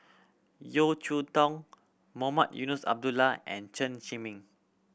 Yeo Cheow Tong Mohamed Eunos Abdullah and Chen Zhiming